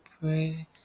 pray